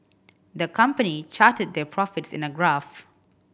the company charted their profits in a graph